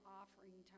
offering